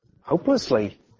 hopelessly